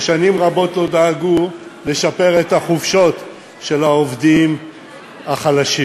ששנים רבות לא דאגו לשפר את החופשות של העובדים החלשים: